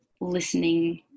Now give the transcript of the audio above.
listening